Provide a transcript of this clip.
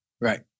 Right